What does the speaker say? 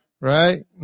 right